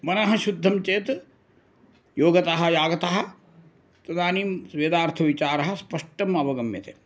मनः शुद्धं चेत् योगतः यागतः तदानीं वेदार्थविचारः स्पष्टम् अवगम्यते